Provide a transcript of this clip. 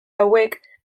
hauek